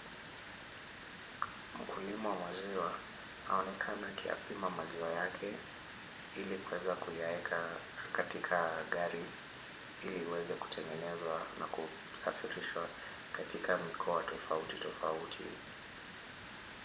Mkuliwa wa maziwa, aonekana akiyapima maziwa yake ili kuweza kuyaweka katika gari ili iweze kutengenezwa na kusafirishwa katika mikoa tofauti tofauti.